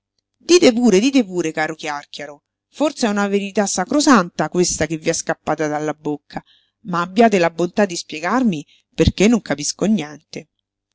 dite pure dite pure caro chiàrchiaro forse è una verità sacrosanta questa che vi è scappata dalla bocca ma abbiate la bontà di spiegarmi perché non capisco niente